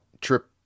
trip